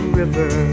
river